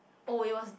oh it was